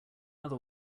other